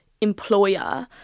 employer